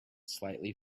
slightly